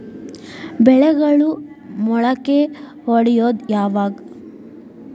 ಬೆಳೆಗಳು ಮೊಳಕೆ ಒಡಿಯೋದ್ ಯಾವಾಗ್?